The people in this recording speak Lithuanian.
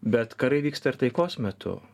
bet karai vyksta ir taikos metu